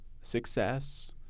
success